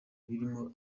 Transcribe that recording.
birimo